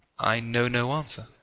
i know no answer.